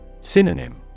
Synonym